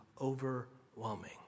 overwhelming